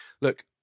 Look